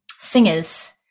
singers